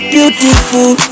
Beautiful